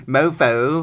Mofo